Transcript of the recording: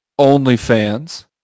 OnlyFans